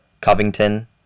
Covington